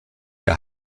der